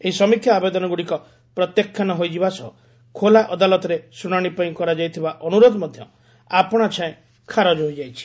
ଏହି ସମୀକ୍ଷା ଆବେଦନଗୁଡ଼ିକ ପ୍ରତ୍ୟାଖ୍ୟାନ ହୋଇଯିବା ସହ ଖୋଲା ଅଦାଲତରେ ଶୁଣାଶି ପାଇଁ କରାଯାଇଥିବା ଅନୁରୋଧ ମଧ୍ୟ ଆପଣାଛାଏଁ ଖାରଜ ହୋଇଯାଇଛି